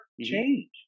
change